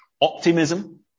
optimism